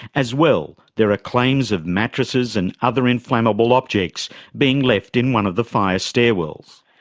as well, there are claims of mattresses and other inflammable objects being left in one of the fire stairwells.